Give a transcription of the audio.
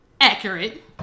Accurate